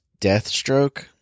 Deathstroke